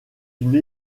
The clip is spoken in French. une